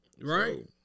right